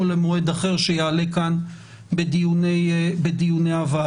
או למועד אחר שיעלה בדיוני הוועדה.